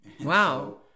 Wow